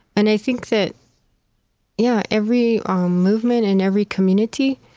and i think that yeah every um movement in every community,